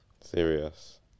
Serious